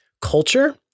culture